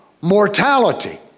Mortality